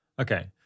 Okay